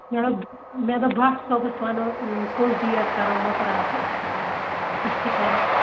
مےٚ دوٚپ بَس صُبَحس وَنو کُس ڈیٹ کَرو مُکرر تہٕ أسۍ تہِ کَرو